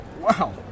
Wow